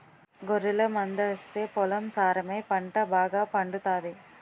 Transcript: గొర్రెల మందాస్తే పొలం సారమై పంట బాగాపండుతాది